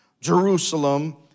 Jerusalem